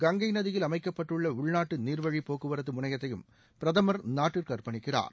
கங்கை நதியில் அமைக்கப்பட்டுள்ள உள்நாட்டு நீர்வழி போக்குவரத்து முணையத்தையும் பிரதமர் நாட்டுக்கு அர்பணிக்கிறாார்